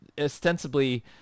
ostensibly